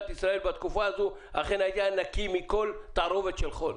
ישראל בתקופה הזו היה נקי מכל תערובת של חול.